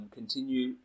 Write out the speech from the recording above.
continue